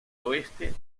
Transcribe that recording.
oeste